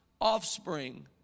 offspring